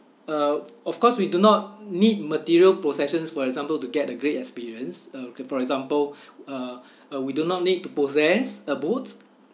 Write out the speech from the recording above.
uh of course we do not need material possessions for example to get a great experience uh for example uh uh we do not need to possess a boat